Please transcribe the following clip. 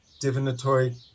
divinatory